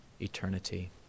eternity